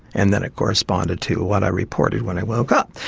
and then it corresponded to what i reported when i woke up.